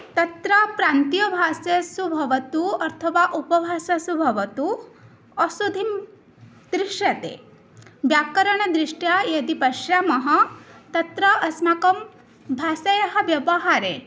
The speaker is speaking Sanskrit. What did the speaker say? तत्र प्रान्तियभाषासु भवतु अथवा उपभाषासु भवतु अशुद्धिः दृश्यते व्याकरणदृष्ट्या यदि पश्यामः तत्र अस्माकं भाषायाः व्यवहारे